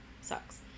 sucks